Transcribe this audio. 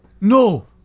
No